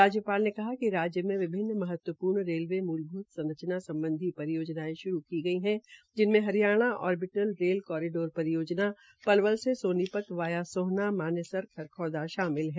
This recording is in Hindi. राज्यपाल ने कहा कि राज्य में विभिन्न महत्वपूर्ण रेलवे मूलभूत संरचना सम्बधी परियोजनयें श्रू की गई है जिनमें हरियाणा ओबिटल रेल कोरिडोर परियोजना पलवल के सोनीपत वाया सोहना मानेसर खरखौदा शामिल है